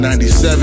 97